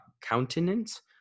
countenance